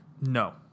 No